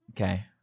Okay